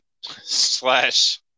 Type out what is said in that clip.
slash